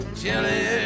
chili